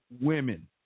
women